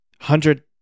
hundred